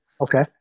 okay